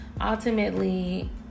Ultimately